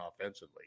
offensively